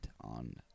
on